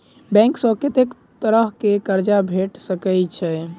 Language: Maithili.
बैंक सऽ कत्तेक तरह कऽ कर्जा भेट सकय छई?